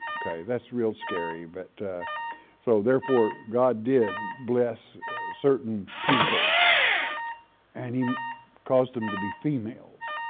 okay? that's real scary. but so therefore god did bless certain peoples and he caused them to be females.